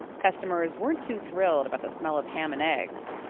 customers weren't too thrilled about the smell of ham and eggs.